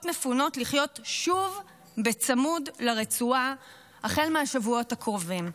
מפונות לחיות שוב בצמוד לרצועה החל מהשבועות הקרובים.